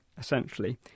essentially